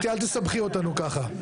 חס וחלילה,